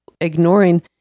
ignoring